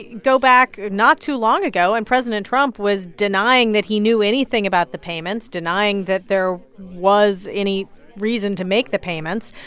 go back not too long ago and president trump was denying that he knew anything about the payments, denying that there was any reason to make the payments.